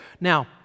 Now